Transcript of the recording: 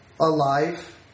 alive